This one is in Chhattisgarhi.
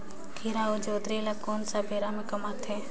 खीरा अउ जोंदरी ल कोन बेरा म कमाथे?